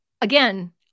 again